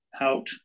out